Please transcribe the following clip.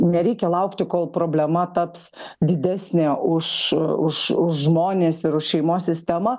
nereikia laukti kol problema taps didesnė už žmones ir už šeimos sistemą